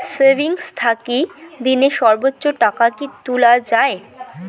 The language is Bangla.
সেভিঙ্গস থাকি দিনে সর্বোচ্চ টাকা কি তুলা য়ায়?